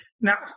now